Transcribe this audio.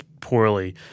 poorly